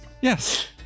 Yes